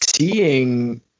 Seeing